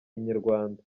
inyarwanda